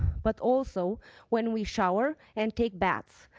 but also when we shower and take baths.